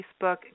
Facebook